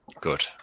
Good